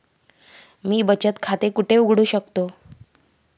मी बचत खाते कुठे उघडू शकतो?